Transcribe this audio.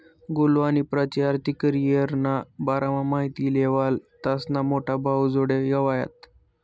गोलु आणि प्राची आर्थिक करीयरना बारामा माहिती लेवाले त्यास्ना मोठा भाऊजोडे गयात